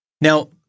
Now